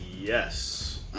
Yes